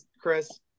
Chris